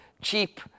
cheap